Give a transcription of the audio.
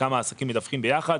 כמה עסקים מדווחים ביחד.